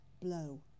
blow